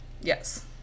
Yes